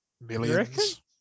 Millions